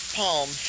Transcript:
palm